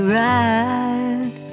ride